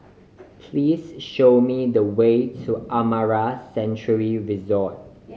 please show me the way to Amara Sanctuary Resort